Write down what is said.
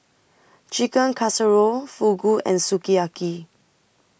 Chicken Casserole Fugu and Sukiyaki